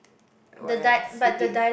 what else speak it